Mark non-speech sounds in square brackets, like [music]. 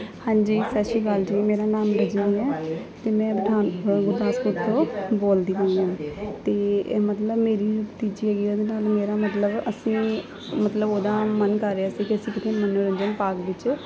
ਹਾਂਜੀ ਸਤਿ ਸ਼੍ਰੀ ਅਕਾਲ ਜੀ ਮੇਰਾ ਨਾਮ ਰਜਨੀ ਹੈ ਅਤੇ ਮੈਂ ਪਠਾਨ ਗੁਰਦਾਸਪੁਰ ਤੋਂ ਬੋਲਦੀ ਪਈ ਹਾਂ ਅਤੇ ਮਤਲਬ ਮੇਰੀ ਭਤੀਜੀ ਹੈਗੀ [unintelligible] ਮੇਰਾ ਮਤਲਬ ਅਸੀਂ ਮਤਲਬ ਉਹਦਾ ਮਨ ਕਰ ਰਿਹਾ ਸੀ ਕਿ ਅਸੀਂ ਕਿਤੇ ਮਨੋਰੰਜਨ ਪਾਰਕ ਵਿੱਚ